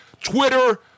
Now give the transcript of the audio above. Twitter